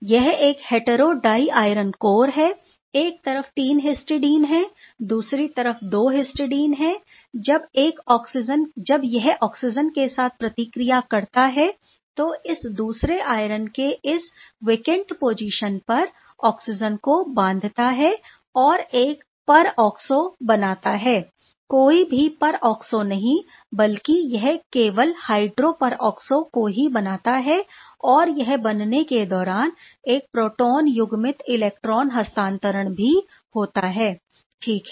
यह एक hetero di iron core है एक तरफ 3 हिस्टिडाइन है दूसरी तरफ 2 हिस्टिडाइन है जब यह ऑक्सीजन के साथ प्रतिक्रिया करता है तो इस दूसरे आयरन के इस वेकेंट पोजीशन पर ऑक्सीजन को बांधता है और एक पर ऑक्सो बनाता है कोई भी पर ऑक्सो नहीं बल्कि यह केवल हाइड्रो पर ऑक्सो को ही बनाता है और यह बनने के दौरान एक प्रोटॉन युग्मित इलेक्ट्रॉन हस्तांतरण भी होता है ठीक है